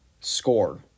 score